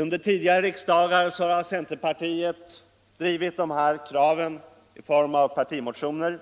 Under tidigare riksdagar har centerpartiet drivit dessa krav i form av partimotioner.